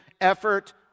effort